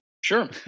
Sure